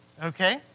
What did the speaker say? Okay